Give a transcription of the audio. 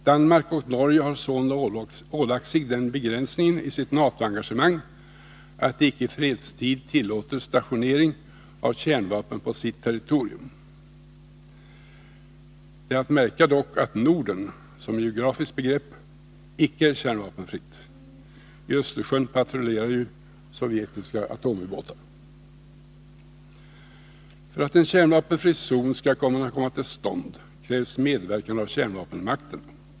Danmark och Norge har sålunda ålagt sig den begränsningen i sitt NATO-engagemang att de icke i fredstid tillåter stationering av kärnvapen på sitt territorium. Det är att märka att Norden som geografiskt begrepp icke är kärnvapenfritt. I Östersjön patrullerar ju sovjetiska atomubåtar. För att en kärnvapenfri zon skall komma till stånd krävs medverkan av kärnvapenmakterna.